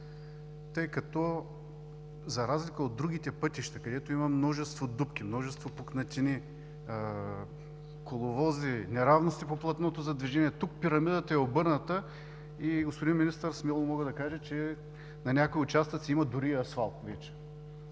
тъй като за разлика от другите пътища, където има много дупки, пукнатини, коловози, неравности по платното за движение, тук пирамидата е обърната и, господин Министър, смело мога да кажа, че някои участъци има дори и асфалт вече.